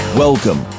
Welcome